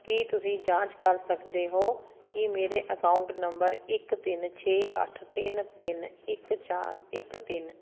ਕੀ ਤੁਸੀਂ ਜਾਂਚ ਕਰ ਸਕਦੇ ਹੋ ਕੀ ਮੇਰੇ ਅਕਾਊਂਟ ਨੰਬਰ ਇੱਕ ਤਿੰਨ ਛੇ ਅੱਠ ਤਿੰਨ ਤਿੰਨ ਇੱਕ ਚਾਰ ਇੱਕ ਤਿੰਨ